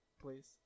Please